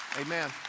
Amen